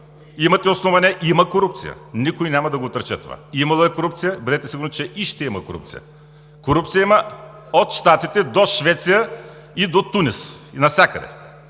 имате основание – има корупция. Никой няма да го отрече това. Имало е корупция, бъдете сигурни, че и ще има корупция. Корупция има от Щатите до Швеция, и до Тунис – и навсякъде.